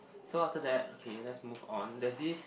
so after that okay let's move on there's this